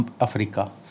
Africa